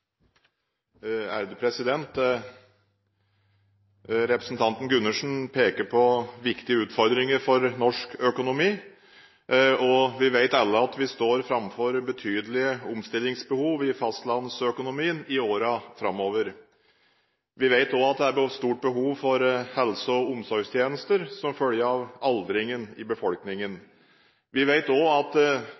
Representanten Gundersen peker på viktige utfordringer for norsk økonomi. Vi vet alle at vi står framfor betydelige omstillingsbehov i fastlandsøkonomien i årene framover. Vi vet også at det er stort behov for helse- og omsorgstjenester som følge av aldringen i befolkningen. Vi vet at framtidig velferd i Norge er avhengig av en velfungerende og